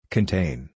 Contain